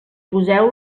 poseu